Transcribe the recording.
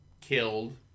killed